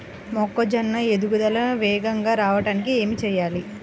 మొక్కజోన్న ఎదుగుదల వేగంగా రావడానికి ఏమి చెయ్యాలి?